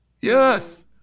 Yes